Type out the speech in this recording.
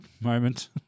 moment